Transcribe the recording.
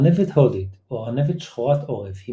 ארנבת הודית או ארנבת שחורת-עורף היא